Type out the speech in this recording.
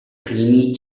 creamy